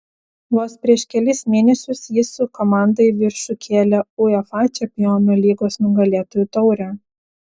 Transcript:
vos prieš kelis mėnesius jis su komanda į viršų kėlė uefa čempionų lygos nugalėtojų taurę